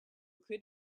could